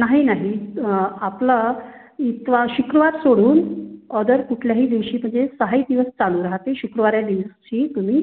नाही नाही आपलं इतवार शुक्रवार सोडून अदर कुठल्याही दिवशी म्हणजे साही दिवस चालू राहते शुक्रवार या दिवशी तुम्ही